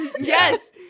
yes